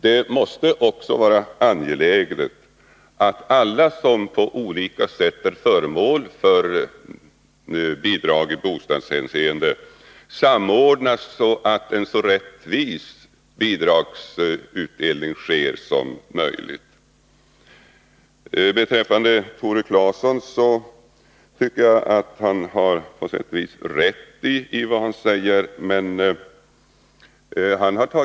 Det måste också vara angeläget med en samordning när det gäller alla som på olika sätt får bidrag i bostadshänseende, så att det sker en så rättvis bidragsutdelning som möjligt. Tore Claeson har på sätt och vis rätt i vad han säger.